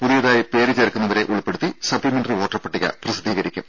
പുതിയതായി പേര് ചേർക്കുന്നവരെ ഉൾപ്പെടുത്തി സപ്സിമെന്ററി വോട്ടർപട്ടിക പ്രസിദ്ധീകരിക്കും